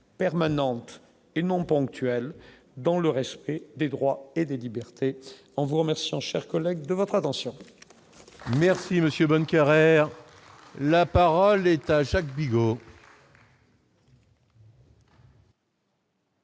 permanente et non ponctuel dans le respect des droits et des libertés, en vous remerciant cher collègue de votre attention. Merci Monsieur, bonne qui la parole est à Jacques Bigot.